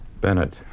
Bennett